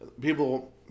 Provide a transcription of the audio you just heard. People